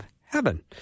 heaven